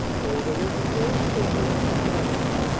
though there is a fair sprinkling of the tricolor,